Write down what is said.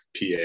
pa